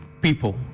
people